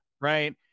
right